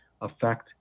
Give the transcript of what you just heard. affect